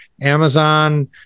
Amazon